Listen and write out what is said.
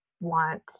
want